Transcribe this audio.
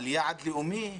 על יעד לאומי,